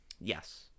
Yes